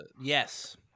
yes